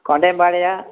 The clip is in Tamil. கொண்டையம் பாளையம்